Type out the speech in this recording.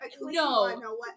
No